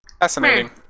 Fascinating